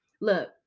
Look